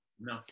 No